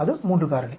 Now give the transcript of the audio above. அது 3 காரணி